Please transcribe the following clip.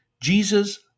Jesus